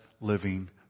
living